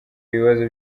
ibibazo